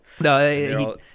No